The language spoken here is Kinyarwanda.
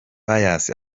pius